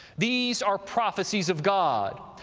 these are prophecies of god.